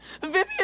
Vivian